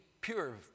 pure